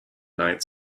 ninth